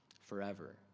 forever